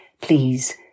Please